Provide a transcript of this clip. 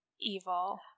evil